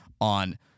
on